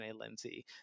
Lindsay